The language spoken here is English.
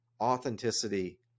authenticity